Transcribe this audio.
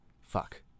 Fuck